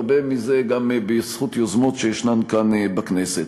הרבה מזה גם בזכות יוזמות שישנן כאן בכנסת.